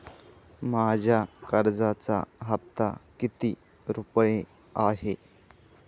माझ्या कर्जाचा हफ्ता किती रुपये आहे?